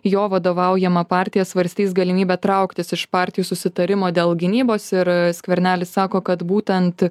jo vadovaujama partija svarstys galimybę trauktis iš partijų susitarimo dėl gynybos ir skvernelis sako kad būtent